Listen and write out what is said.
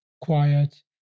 quiet